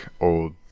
old